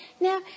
now